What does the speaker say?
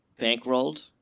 bankrolled